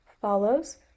follows